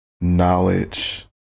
Knowledge